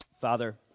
Father